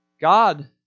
God